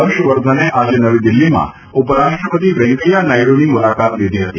હર્ષવર્ધને આજે નવી દીલ્હીમાં ઉપરાષ્ટ્રપતિ વેકેયા નાયડ઼ની મુલાકાત લીધી હતી